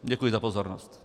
Děkuji za pozornost.